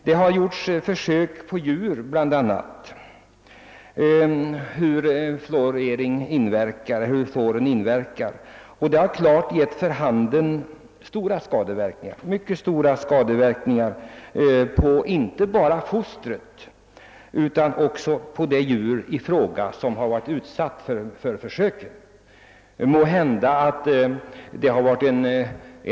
Man har gjort försök på djur för att utröna hur fluor inverkar på organismen, och dessa försök har klart visat mycket stora skadeverkningar, inte bara på de djur som utsatts för försöken utan också på fostren.